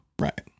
Right